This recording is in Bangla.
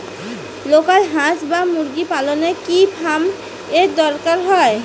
লোকাল হাস বা মুরগি পালনে কি ফার্ম এর দরকার হয়?